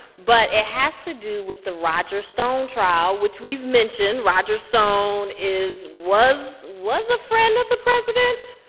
but it has to do with the roger stone trial, which we've mentioned. roger stone is was was a friend of the president?